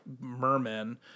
mermen